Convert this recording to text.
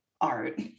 art